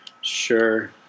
Sure